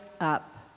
up